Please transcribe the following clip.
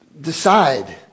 decide